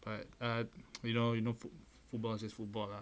but uh you know you know foot~ football just football lah